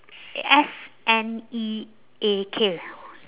S N E A K